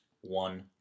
one